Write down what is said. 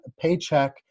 paycheck